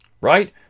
right